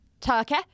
Turkey